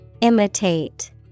Imitate